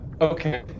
Okay